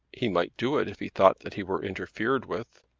he might do it if he thought that he were interfered with.